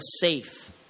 safe